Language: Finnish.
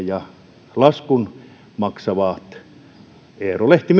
ja laskun maksaa myös eero lehti